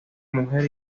mujer